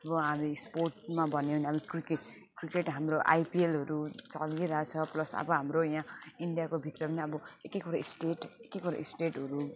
अब स्पोर्टमा भन्यो भने अहिले क्रिकेट क्रिकेट हाम्रो आइपिएलहरू चलिरहेको छ प्लस अब हाम्रो यहाँ इन्डियाको भित्र पनि अब एक एकवटा स्टेट एक एकवटा स्टेटहरू